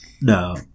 No